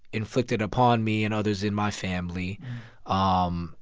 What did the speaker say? inflicted upon me and others in my family um